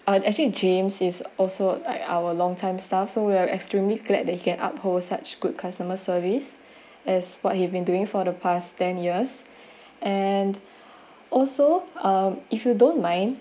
uh actually james is also like our longtime staff so we are extremely glad that he can uphold such good customer service as what he's been doing for the past ten years and also uh if you don't mind